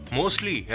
mostly